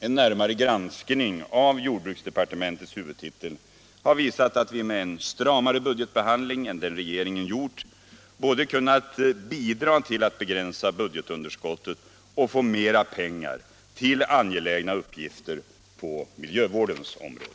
En närmare granskning av jordbruksdepartementets huvudtitel har visat att vi med en stramare budgetbehandling än den regeringen gjort borde kunnat bidra till att begränsa budgetunderskottet och få ut mera pengar till angelägna uppgifter på miljövårdens område.